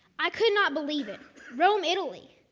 i could not believe it, rome, italy,